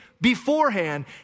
Beforehand